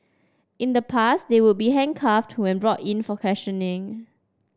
in the past they would be handcuffed when brought in for questioning